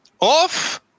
Off